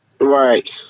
Right